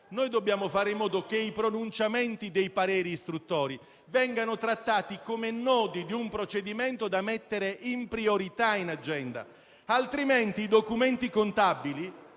Dobbiamo fare in modo che i pronunciamenti dei pareri istruttori vengano trattati come nodi di un procedimento da mettere in priorità in agenda, altrimenti i documenti contabili